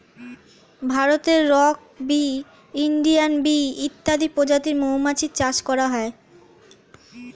ভারতে rock bee, Indian bee ইত্যাদি প্রজাতির মৌমাছি চাষ করা হয়